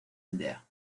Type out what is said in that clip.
aldea